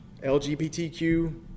LGBTQ